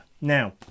now